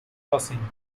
crossing